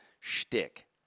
Shtick